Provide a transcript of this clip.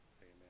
Amen